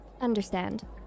Understand